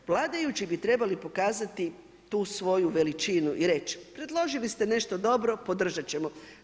Vladajući bi trebali pokazati tu svoju veličinu i reći, predložili ste nešto dobro, podržati ćemo.